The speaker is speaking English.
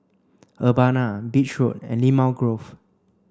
Urbana Beach Road and Limau Grove